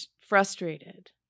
frustrated